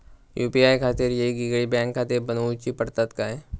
UPI खातीर येगयेगळे बँकखाते बनऊची पडतात काय?